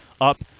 up